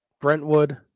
Brentwood